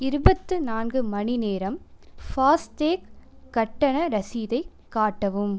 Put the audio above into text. இருபத்தி நான்கு மணி நேரம் ஃபாஸ்டேக் கட்டண ரசீதைக் காட்டவும்